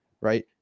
right